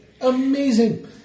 Amazing